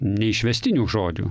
neišvestinių žodžių